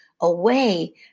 away